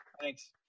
Thanks